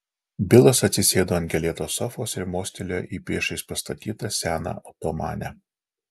bilas atsisėdo ant gėlėtos sofos ir mostelėjo į priešais pastatytą seną otomanę